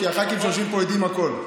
כי הח"כים שיושבים פה יודעים הכול.